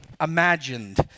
imagined